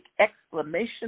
exclamation